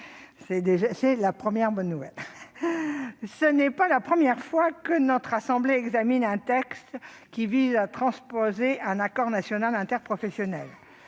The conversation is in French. Voilà déjà une bonne nouvelle ! Ce n'est pas la première fois que notre assemblée examine un texte visant à transposer un accord national interprofessionnel,